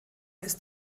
ist